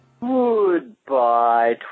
Goodbye